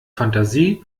fantasie